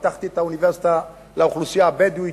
פתחתי את האוניברסיטה לאוכלוסייה הבדואית,